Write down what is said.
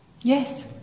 Yes